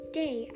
day